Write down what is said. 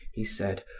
he said,